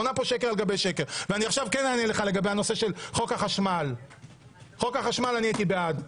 חוק החשמל הייתי בעד.